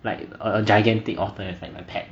like a gigantic otter as like my pet